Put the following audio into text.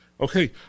okay